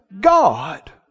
God